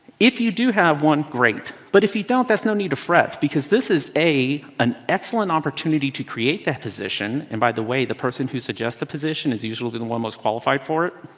if you do have one great, but if you don't that's no need to fret, because this is an excellent opportunity to create that position. and by the way, the person who suggests the position is usually the the one most qualified for it.